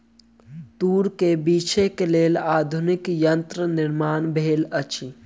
तूर के बीछै के लेल आधुनिक यंत्रक निर्माण भेल अछि